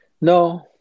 No